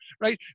right